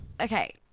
okay